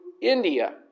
India